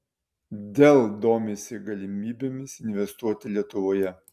dell domisi galimybėmis investuoti lietuvoje